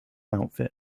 outfit